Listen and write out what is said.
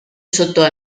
sotto